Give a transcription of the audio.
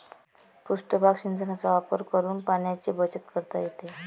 पृष्ठभाग सिंचनाचा वापर करून पाण्याची बचत करता येते